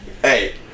Hey